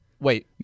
Wait